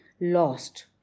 lost